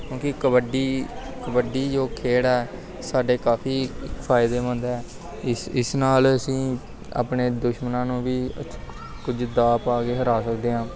ਕਿਉਂਕਿ ਕਬੱਡੀ ਕਬੱਡੀ ਜੋ ਖੇਡ ਹੈ ਸਾਡੇ ਕਾਫ਼ੀ ਫ਼ਾਇਦੇਮੰਦ ਆ ਇਸ ਇਸ ਨਾਲ ਅਸੀਂ ਆਪਣੇ ਦੁਸ਼ਮਣਾਂ ਨੂੰ ਵੀ ਕੁਝ ਦਾਅ ਪਾ ਕੇ ਹਰਾ ਸਕਦੇ ਹਾਂ